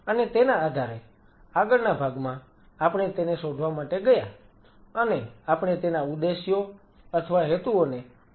અને તેના આધારે આગળના ભાગમાં આપણે તેને શોધવા માટે ગયા અને આપણે તેના ઉદ્દેશ્યો અથવા હેતુઓને પહેલેથીજ વ્યાખ્યાયિત કર્યા છે